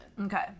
Okay